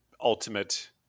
ultimate